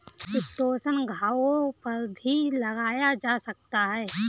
chitosan घावों पर भी लगाया जा सकता है